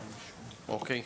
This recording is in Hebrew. אוקיי.